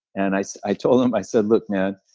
and i so i told him, i said, look, man.